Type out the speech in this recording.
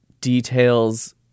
details